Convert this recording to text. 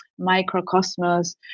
microcosmos